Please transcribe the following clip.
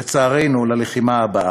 לצערנו, ללחימה הבאה.